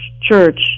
church